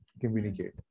Communicate